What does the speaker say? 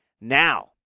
now